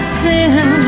sin